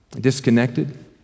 disconnected